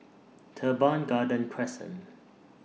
Teban Garden Crescent